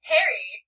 Harry